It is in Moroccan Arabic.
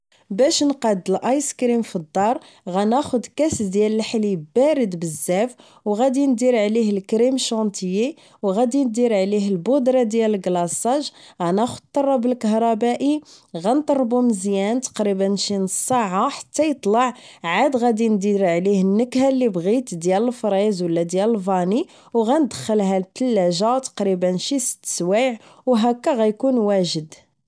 باش نقاد الايسكريم في الدار غاناخد كاس ديال الحليب بارد بزاف وغادي ندير عليه الكريم شانتيي وغادي ندير عليه البودرة ديال الكلاصاج انا الطراب الكهربائي نطربو مزيان تقريبا شي نص ساعه حتى يطلع عاد غادي ندير عليه النكهه اللي بغيت ديال الفريز ولا ديال الفاني. وندخلها الثلاجه تقريبا شي 6 سوايع وهكا غيكون واجد